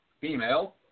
female